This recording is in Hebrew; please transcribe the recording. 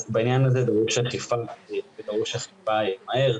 בעניין הזה דרושה אכיפה ודרושה אכיפה מהר,